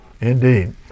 Indeed